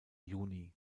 juni